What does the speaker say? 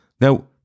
Now